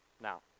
Now